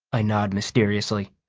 i nod mysteriously,